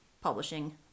publishing